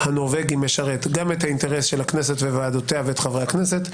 הנורבגי משרת גם את האינטרס של הכנסת וועדותיה ואת חברי הכנסת,